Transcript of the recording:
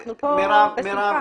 אנחנו פה בשמחה.